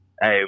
Hey